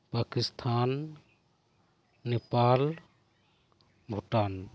Pakistan Nepal Bhutan